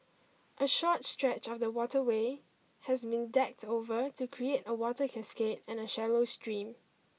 a short stretch of the waterway has been decked over to create a water cascade and a shallow stream